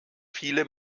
viele